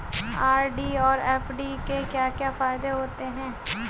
RD और FD के क्या क्या फायदे होते हैं?